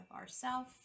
ourself